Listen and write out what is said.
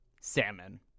Salmon